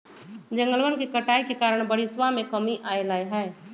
जंगलवन के कटाई के कारण बारिशवा में कमी अयलय है